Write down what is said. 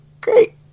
Great